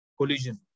Collision